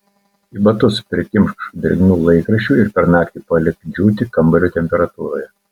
į batus prikimšk drėgnų laikraščių ir per naktį palik džiūti kambario temperatūroje